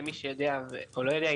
למי שיודע או לא יודע,